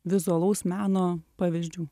vizualaus meno pavyzdžių